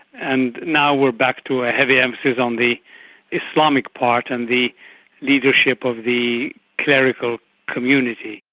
and now we're back to a heavy emphasis on the islamic part and the leadership of the clerical community.